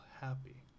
happy